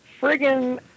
friggin